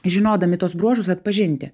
žinodami tuos bruožus atpažinti